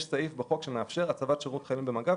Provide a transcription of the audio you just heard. יש סעיף בחוק שמאפשר הצבת חיילים לשירות במג"ב